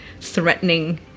threatening